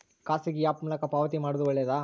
ಖಾಸಗಿ ಆ್ಯಪ್ ಮೂಲಕ ಪಾವತಿ ಮಾಡೋದು ಒಳ್ಳೆದಾ?